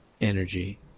energy